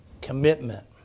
Commitment